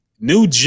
new